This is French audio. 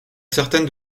certaines